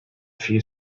few